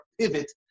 pivot